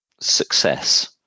success